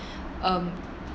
um